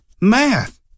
math